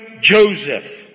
Joseph